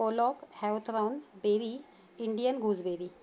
pollock hawthorn berry Indian gooseberry